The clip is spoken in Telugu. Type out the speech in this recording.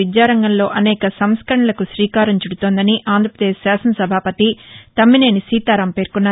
విద్యారంగంలో అనేక సంస్కరణలకు శ్రీకారం చుదుతోందని ఆంధ్రప్రదేశ్ కాసన సభాపతి తమ్మినేని సీతారాం పేర్కొన్నారు